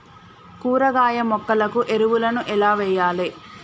కూరగాయ మొక్కలకు ఎరువులను ఎలా వెయ్యాలే?